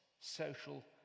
social